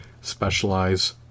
specialize